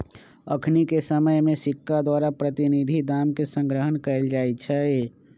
अखनिके समय में सिक्का द्वारा प्रतिनिधि दाम के संग्रह कएल जाइ छइ